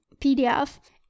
PDF